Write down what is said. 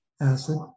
acid